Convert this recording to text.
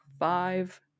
five